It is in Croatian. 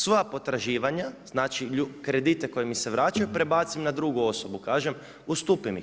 Svoja potraživanja znači kredite koji mi se vraćaju prebacim na drugu osobu, kažem ustupi mi ih.